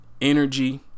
energy